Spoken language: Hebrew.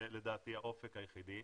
זה לדעתי האופק היחידי.